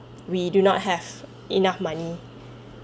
we do not have enough money